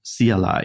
CLI